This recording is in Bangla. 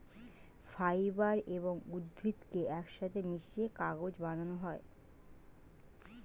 ফাইবার এবং উদ্ভিদকে একসাথে মিশিয়ে কাগজ বানানো হয়